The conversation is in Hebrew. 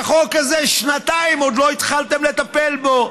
החוק הזה, שנתיים ועוד לא התחלתם לטפל בו.